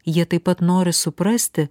jie taip pat nori suprasti